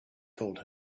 told